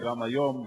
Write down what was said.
וגם היום,